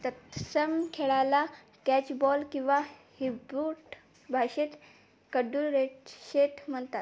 तत्सम खेळाला कॅचबॉल किंवा हिबूट भाषेत कडुरेशेट म्हनतात